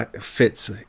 fits